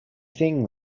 thing